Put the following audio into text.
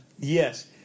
Yes